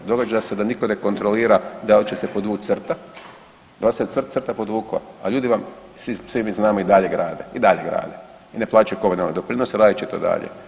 Događa se da nitko ne kontrolira da li će se podvuć crta, dal se crta podvukla, a ljudi vam svi, svi mi znamo i dalje grade, i dalje grade i ne plaćaju komunalne doprinose, radit će to i dalje.